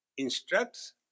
instructs